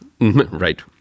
Right